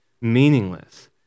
meaningless